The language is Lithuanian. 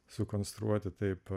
sukonstruoti taip